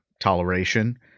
toleration